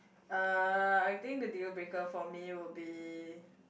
uh I think the deal breaker for me would be